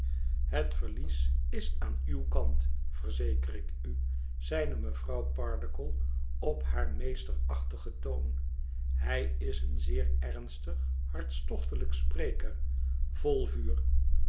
het verlies is aan uw kant verzeker ik u zeide mevrouw pardiggle op haar meesterachtigen toon hij is een zeer ernstig hartstochtelijk spreker vol vuur